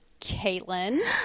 Caitlin